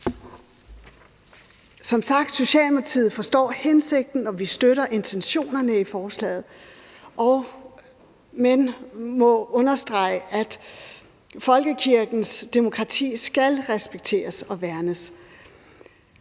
Som sagt: I Socialdemokratiet forstår vi hensigten, og vi støtter intentionerne i forslaget, men må understrege, at folkekirkens demokrati skal respekteres og værnes.